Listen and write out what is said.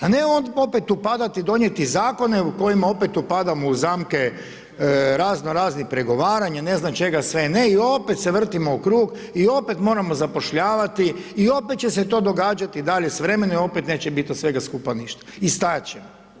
A ne opet upadati, donijeti zakone u kojima upadamo u zamke raznoraznih pregovaranje, ne znam čega sve ne i opet se vrtimo u krug i opet moramo zapošljavati i opet će se to događati dalje s vremenom i opet neće bit od svega skupa ništa i stajat ćemo.